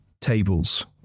tables